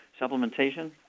supplementation